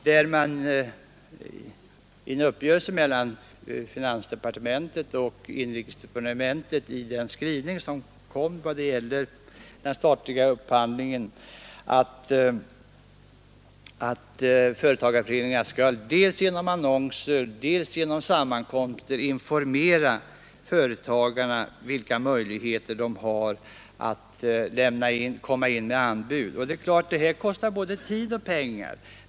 Enligt den skrivning som presenterats om den statliga upphandlingen har en uppgörelse träffats mellan finansdepartementet och inrikesdepartementet om att företagarföreningarna skall dels genom annonser, dels genom sammankomster informera företagarna om vilka möjligheter de har att komma in med anbud. Det är klart att detta kostar både tid och pengar.